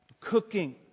Cooking